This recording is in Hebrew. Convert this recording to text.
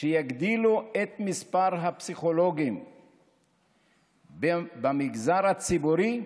שיגדילו את מספר הפסיכולוגים במגזר הציבורי,